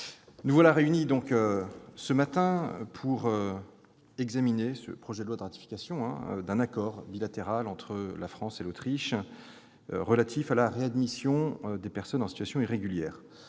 nous voici réunis ce matin pour examiner ce projet de loi autorisant l'approbation d'un accord bilatéral entre la France et l'Autriche relatif à la réadmission des personnes en situation irrégulière.